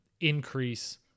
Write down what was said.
increase